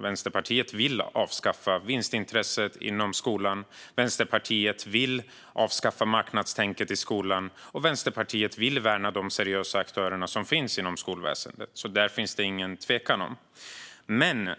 Vänsterpartiet vill avskaffa vinstintresset och marknadstänket i skolan och värna de seriösa aktörer som finns i skolväsendet. Detta råder det ingen tvekan om. Men